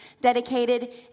dedicated